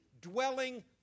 dwelling